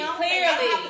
clearly